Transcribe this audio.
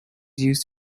used